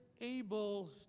able